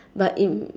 but it